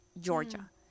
Georgia